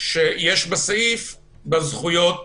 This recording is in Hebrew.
שיש בסעיף בזכויות